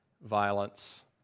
violence